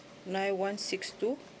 nine one six two